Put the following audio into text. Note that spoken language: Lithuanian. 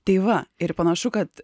tai va ir panašu kad